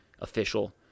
official